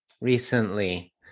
recently